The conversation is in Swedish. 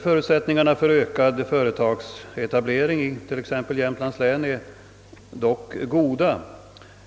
Förutsättningarna för ökad företagsetablering i t.ex. Jämtlands län är dock goda.